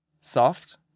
soft